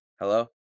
Hello